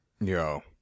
Yo